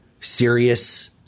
serious